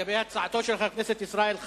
לגבי הצעתו של חבר הכנסת חסון,